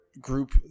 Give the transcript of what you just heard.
Group